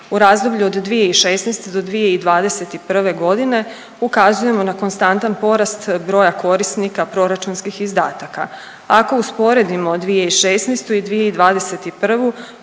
u razdoblju od 2016. do 2021. godine ukazujemo na konstantan porast broja korisnika proračunskih izdataka. Ako usporedimo 2016. i 2021. povećan